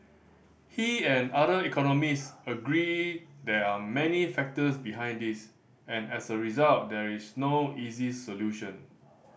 he and other economist agree there are many factors behind this and as a result there is no easy solution